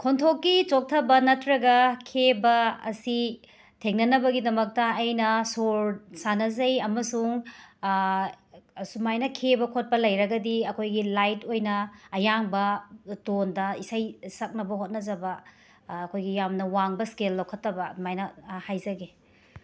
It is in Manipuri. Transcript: ꯈꯣꯟꯊꯣꯛꯀꯤ ꯆꯣꯛꯊꯕ ꯅꯠꯇ꯭ꯔꯒ ꯈꯦꯕ ꯑꯁꯤ ꯊꯦꯡꯅꯅꯕꯒꯤꯗꯃꯛꯇ ꯑꯩꯅ ꯁꯣꯔ ꯁꯥꯟꯅꯖꯩ ꯑꯃꯁꯨꯡ ꯑꯁꯨꯃꯥꯏꯅ ꯈꯦꯕ ꯈꯣꯠꯄ ꯂꯩꯔꯒꯗꯤ ꯑꯈꯣꯏꯒꯤ ꯂꯥꯏꯠ ꯑꯣꯏꯅ ꯑꯌꯥꯡꯕ ꯇꯣꯟꯗ ꯏꯁꯩ ꯁꯛꯅꯕ ꯍꯣꯠꯅꯖꯕ ꯈꯣꯏꯒꯤ ꯌꯥꯝꯅ ꯋꯥꯡꯕ ꯁ꯭ꯀꯦꯜ ꯂꯧꯈꯠꯇꯕ ꯑꯗꯨꯃꯥꯏꯅ ꯍꯥꯏꯖꯒꯦ